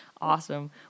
Awesome